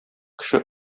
кеше